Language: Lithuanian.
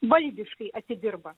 valdiškai atidirba